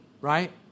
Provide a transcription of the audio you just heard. right